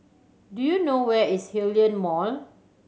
do you know where is Hillion Mall